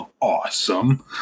awesome